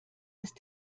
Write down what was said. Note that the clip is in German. ist